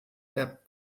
der